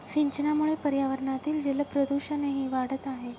सिंचनामुळे पर्यावरणातील जलप्रदूषणही वाढत आहे